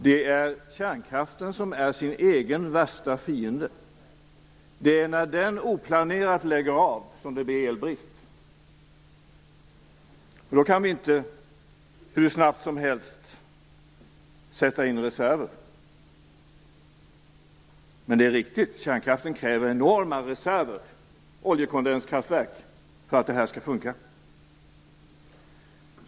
Det är kärnkraften som är sin egen värsta fiende. Det är när den oplanerat lägger av som det blir elbrist. Då kan vi inte hur snabbt som helst sätta in reserver. Men det är riktigt att kärnkraften kräver enorma reserver, som oljekondenskraftverk, för att det skall fungera.